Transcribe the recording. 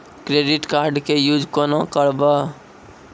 Credit card के use कोना के करबऽ?